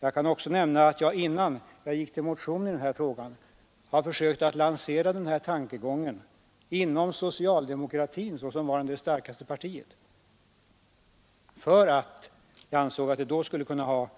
Jag kan också nämna att innan jag väckte min motion i denna fråga försökte jag lansera tankegången inom socialdemokratiska partiet såsom varande det största partiet; jag ansåg att den skulle kunna vinna